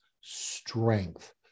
strength